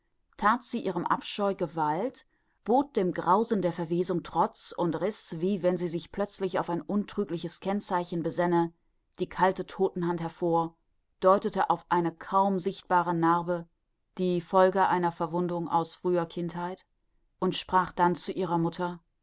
that sie ihrem abscheu gewalt bot dem grausen der verwesung trotz und riß wie wenn sie sich plötzlich auf ein untrügliches kennzeichen besänne die kalte todtenhand hervor deutete auf eine kaum sichtbare narbe die folge einer verwundung aus früher kindheit und sprach dann zu ihrer mutter